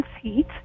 heat